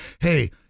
Hey